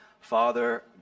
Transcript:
Father